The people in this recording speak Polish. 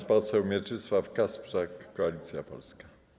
Pan poseł Mieczysław Kasprzak, Koalicja Polska.